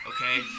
Okay